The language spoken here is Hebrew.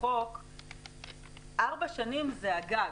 בחוק ארבע שנים זה הגג.